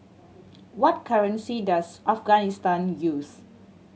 what currency does Afghanistan use